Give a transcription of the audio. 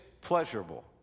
pleasurable